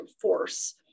force